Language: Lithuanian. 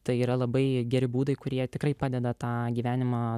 tai yra labai geri būdai kurie tikrai padeda tą gyvenimą